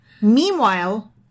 Meanwhile